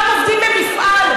גם עובדים במפעל.